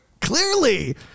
Clearly